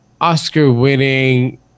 Oscar-winning